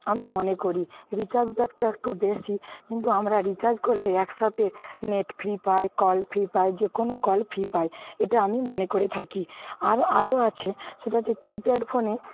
আমি মনে করি রিচার্জ প্যাকটা একটু বেশি কিন্তু আমরা রিচার্জ করলে একসাথে নেট ফ্রি পাই কল ফ্রি পাই যেকোনও কল ফি পাই এটা আমি মনে করে থাকি আর আরো আছে সেটা হচ্চে কিপ্যাড ফোনে